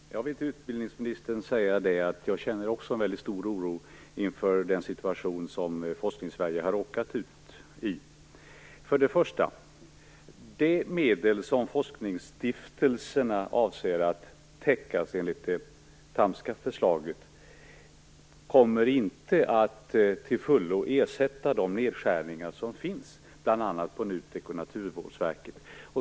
Fru talman! Jag vill till utbildningsministern säga att jag också känner en mycket stor oro inför den situation som Forskningssverige har råkat in i. Först och främst kommer de medel som enligt det thamska förslaget avses täcka forskningsstiftelserna inte att till fullo ersätta de nedskärningar som finns bl.a. på NUTEK och Naturvårdsverket.